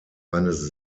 eines